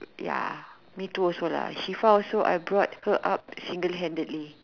ya me too also lah shuffle also I brought her up single handedly